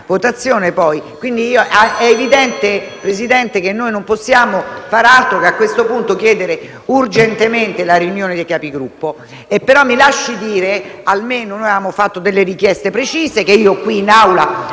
votazione ed è quindi evidente, Presidente, che noi non possiamo far altro, a questo punto, che chiedere urgentemente la riunione dei Capigruppo. Mi lasci dire almeno che noi avevamo fatto delle richieste precise, che qui in Aula